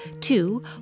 Two